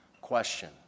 question